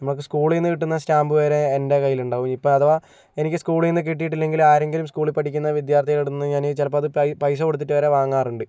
നമുക്ക് സ്കൂളില് നിന്നു കിട്ടുന്ന സ്റ്റാമ്പു വരെ എൻ്റെ കയ്യിലുണ്ടാവും ഇപ്പോൾ അഥവാ എനിക്ക് സ്കൂളിൽനിന്ന് കിട്ടിയിട്ടില്ലെങ്കിലും ആരെങ്കിലും സ്കൂളിൽ പഠിക്കുന്ന വിദ്യാര്ത്ഥികളുടെ അടുത്തുനിന്ന് ഞാൻ ചിലപ്പോൾ അത് പൈസ കൊടുത്തിട്ട് വരെ വാങ്ങാറുണ്ട്